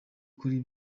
kuri